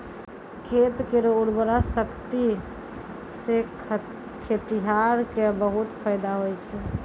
खेत केरो उर्वरा शक्ति सें खेतिहर क बहुत फैदा होय छै